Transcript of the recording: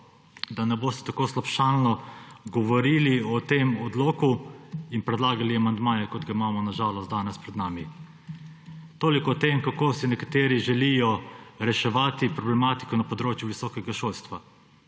da ne boste tako slabšalno govorili o tem odloku in predlagali amandmajev, kot ga imamo, na žalost, danes pred sabo. Toliko o tem, kako si nekateri želijo reševati problematiko na področju visokega šolstva